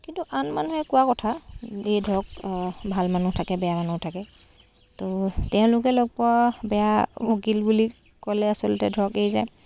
কিন্তু আন মানুহে কোৱা কথা এই ধৰক ভাল মানুহ থাকে বেয়া মানুহ থাকে তো তেওঁলোকে লগ পোৱা বেয়া উকিল বুলি ক'লে আচলতে ধৰক এই যে